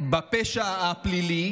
בפשע הפלילי,